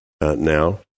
now